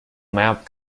map